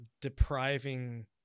depriving